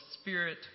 spirit